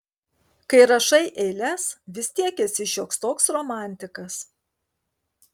kai rašai eiles vis tiek esi šioks toks romantikas